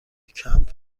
کمپ